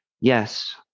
Yes